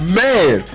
man